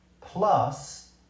plus